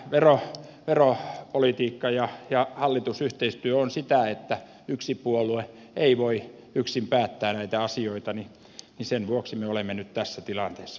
mutta kun tämä veropolitiikka ja hallitusyhteistyö on sitä että yksi puolue ei voi yksin päättää näitä asioita niin sen vuoksi me olemme nyt tässä tilanteessa